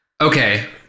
Okay